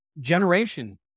generation